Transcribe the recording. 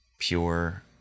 pure